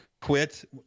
quit